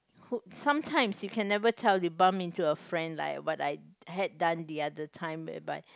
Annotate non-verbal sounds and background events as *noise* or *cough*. *noise* sometimes you can never tell you bump into a friend like what I had done the other time whereby